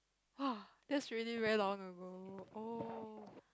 !wah! that's really very long ago oh